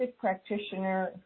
practitioner